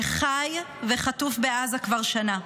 שחי וחטוף בעזה כבר שנה,